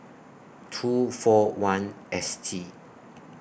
two four one S T